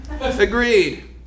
Agreed